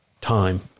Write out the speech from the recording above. time